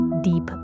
deep